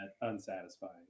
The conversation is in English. unsatisfying